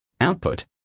Output